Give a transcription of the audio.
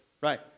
Right